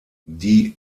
die